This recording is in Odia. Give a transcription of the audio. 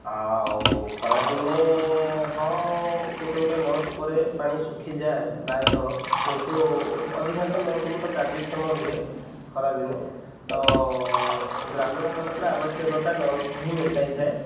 ଆଉ ଖରାଦିନେ ହଁ ଗୋଟେ ଗୋଟେ ନଳକୂପ ରେ ପାଣି ଶୁଖିଯାଏ ପ୍ରାୟତଃ କିନ୍ତୁ ଅଧିକାଂଶ ନଳକୂପ ତ କାର୍ଯ୍ୟକ୍ଷମ ରୁହେ ଖରାଦିନେ ତ ଗ୍ରାମୀଣମାନାନଙ୍କର ଆବଶ୍ୟକତା ନଳକୂପ ହିଁ ମେଣ୍ଟାଇ ଥାଏ